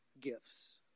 gifts